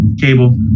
Cable